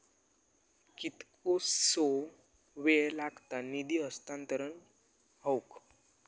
कितकोसो वेळ लागत निधी हस्तांतरण हौक?